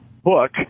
book